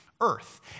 earth